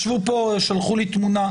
שלחו לי תמונה.